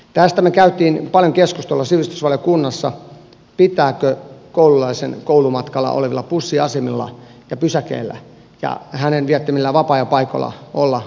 tästä me kävimme paljon keskustelua sivistysvaliokunnassa pitääkö koululaisen koulumatkalla olevilla bussiasemilla ja pysäkeillä ja hänen viettämillään vapaa ajan paikoilla olla alkoholimainoksia